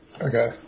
Okay